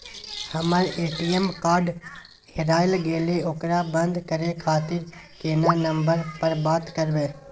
हमर ATM card हेराय गेले ओकरा बंद करे खातिर केना नंबर पर बात करबे?